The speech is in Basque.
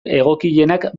egokienak